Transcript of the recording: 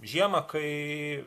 žiemą kai